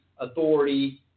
authority